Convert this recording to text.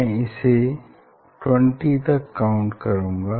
मैं इसे 20 तक काउंट करूँगा